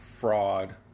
fraud